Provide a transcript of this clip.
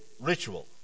ritual